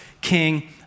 king